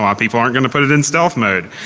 people aren't going to put it in stealth mode.